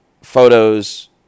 photos